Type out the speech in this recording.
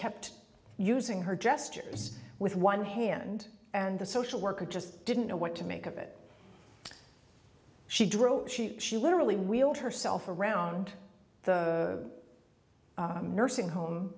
kept using her gestures with one hand and the social worker just didn't know what to make of it she drove she literally wheeled herself around the nursing home